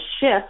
shift